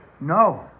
No